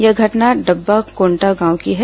यह घटना डब्बाकोंटा गांव की है